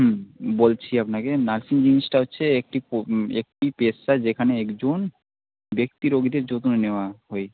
হুম বলছি আপনাকে নার্সিং জিনিসটা হচ্ছে একটি পো একটি পেশা যেখানে একজন ব্যক্তি রোগীদের যত্ন নেওয়া হই